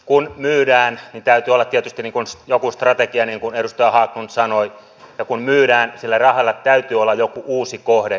kun myydään niin täytyy olla tietysti joku strategia niin kuin edustaja haglund sanoi ja kun myydään sille rahalle täytyy olla joku uusi kohde